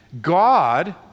God